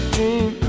Dream